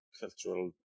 cultural